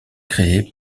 créé